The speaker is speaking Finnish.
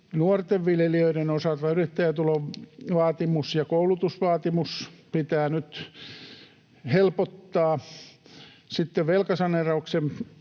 nuorten viljelijöiden osalta yrittäjätulovaatimusta ja koulutusvaatimusta pitää nyt helpottaa. Sitten velkasaneeraukseen